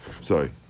sorry